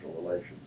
relations